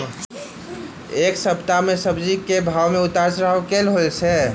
एक सप्ताह मे सब्जी केँ भाव मे उतार चढ़ाब केल होइ छै?